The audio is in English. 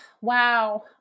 wow